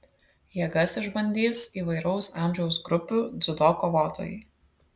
jėgas išbandys įvairaus amžiaus grupių dziudo kovotojai